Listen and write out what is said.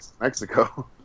Mexico